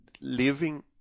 living